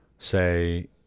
say